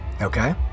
Okay